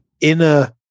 inner